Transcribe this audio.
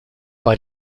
bei